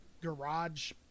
garage